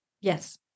Yes